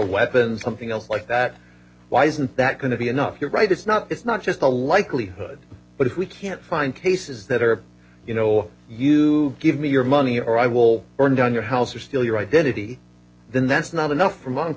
weapon something else like that why isn't that going to be enough you're right it's not it's not just a likelihood but if we can't find cases that are you know you give me your money or i will burn down your house or steal your identity then that's not enough for m